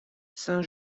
saint